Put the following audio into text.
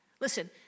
Listen